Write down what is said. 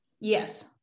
Yes